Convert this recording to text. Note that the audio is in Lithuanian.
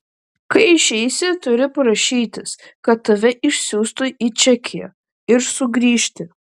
kai išeisi turi prašytis kad tave išsiųstų į čekiją ir sugrįžti